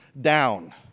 down